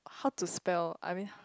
how to spell I mean